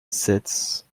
sept